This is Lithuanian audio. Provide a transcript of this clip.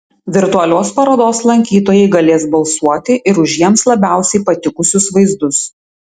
virtualios parodos lankytojai galės balsuoti ir už jiems labiausiai patikusius vaizdus